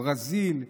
ברזיל,